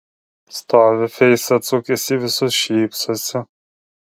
stovi feisą atsukęs į visus šypsosi